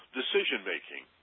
decision-making